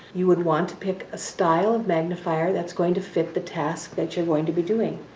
you would want to pick a style of magnifier that's going to fit the task that you're going to be doing.